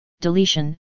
deletion